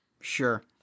Sure